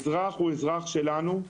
אזרח הוא אזרח שלנו.